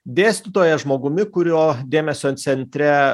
dėstytoja žmogumi kurio dėmesio centre